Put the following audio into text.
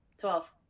Twelve